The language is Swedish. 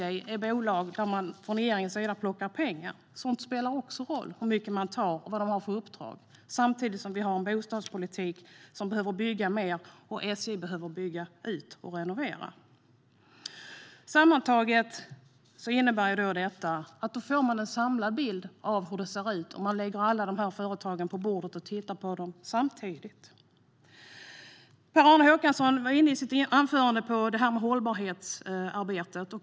Det är bolag där regeringen plockar pengar. Sådant spelar också roll, hur mycket man tar och vilket uppdrag man har. Samtidigt har vi en bostadspolitik där det behöver byggas mer, och SJ behöver bygga ut och renovera. Man får en samlad bild av hur det ser ut om man lägger alla dessa företag på bordet och tittar på dem samtidigt. Per-Arne Håkansson var i sitt anförande inne på hållbarhetsarbetet.